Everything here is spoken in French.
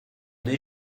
des